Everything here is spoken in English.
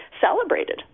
celebrated